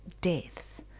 death